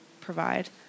provide